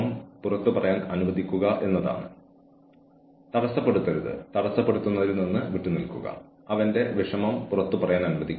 ഉദാഹരണത്തിന് ഒരു ജീവനക്കാരൻ അനുചിതമായി പെരുമാറുന്നതായി കണ്ടെത്തി അല്ലെങ്കിൽ ജീവനക്കാരന്റെ ഔട്ട്പുട്ട് പ്രതീക്ഷിച്ച പോലെയല്ല